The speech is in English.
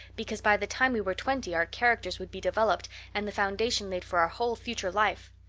because by the time we were twenty our characters would be developed and the foundation laid for our whole future life.